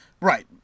Right